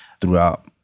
throughout